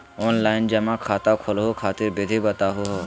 Online जमा खाता खोलहु खातिर विधि बताहु हो?